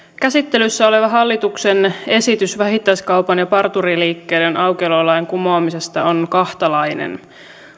käsittelyssä oleva hallituksen esitys vähittäiskaupan ja parturiliikkeiden aukiololain kumoamisesta on kahtalainen